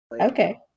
Okay